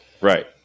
right